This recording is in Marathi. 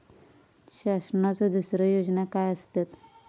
शासनाचो दुसरे योजना काय आसतत?